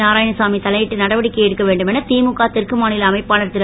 நாராயணசாமி தலையிட்டு நடவடிக்கை எடுக்க வேண்டும் என திமுக தெற்கு மாநில அமைப்பாளர் திரு